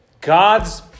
God's